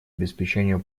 обеспечению